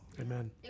Amen